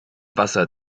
wasser